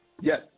Yes